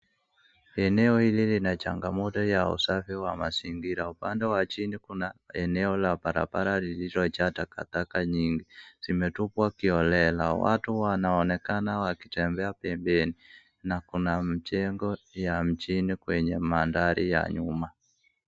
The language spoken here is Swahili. Eneo hili lina changamoto ya usafi wa mazingira. Upande wa chini kuna eneo la barabara lililo jaa takataka nyingi zimetupwa kiholela. Watu wanaoneka wakitembea pempeni na kuna mchengo ya mjini kwenye mandari ya nyuma.